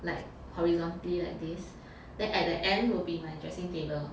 like horizontally like this then at the end will be my dressing table